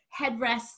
headrest